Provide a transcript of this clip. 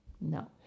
No